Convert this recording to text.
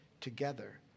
together